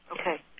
Okay